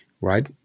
right